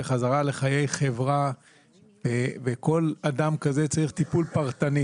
בחזרה לחיי חברה וכל אדם כזה צריך טיפול פרטני,